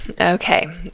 Okay